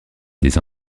des